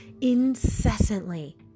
incessantly